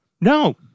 no